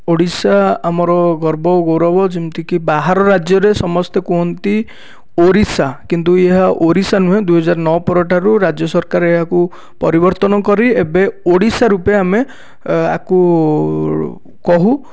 ଓଡ଼ିଆ ଆମର ଗର୍ବ ଓ ଗୌରବ ଯେମିତିକି ବାହାର ରାଜ୍ୟରେ ସମସ୍ତେ କୁହନ୍ତି ଓରିଶା କିନ୍ତୁ ଏହା ଓରିଶା ନୁହେଁ ଦୁଇ ହଜାର ନଅ ପରଠାରୁ ରାଜ୍ୟ ସରକାର ଏହାକୁ ପରିବର୍ତ୍ତନ କରି ଏବେ ଓଡ଼ିଶା ରୂପେ ଆମେ ଆକୁ କହୁ